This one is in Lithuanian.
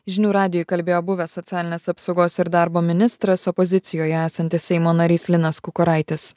žinių radijui kalbėjo buvęs socialinės apsaugos ir darbo ministras opozicijoje esantis seimo narys linas kukuraitis